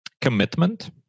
commitment